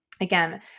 again